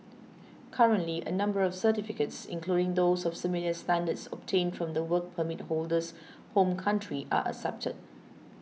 currently a number of certificates including those of similar standards obtained from the Work Permit holder's home country are accepted